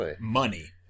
money